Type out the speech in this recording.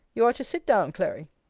you are to sit down, clary.